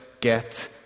get